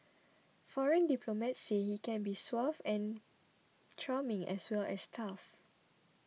foreign diplomats say he can be suave and charming as well as tough